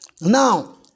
Now